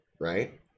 right